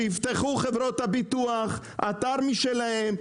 שחברות הביטוח יפתחו אתר משלהם,